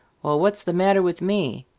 well, what's the matter with me?